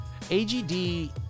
AGD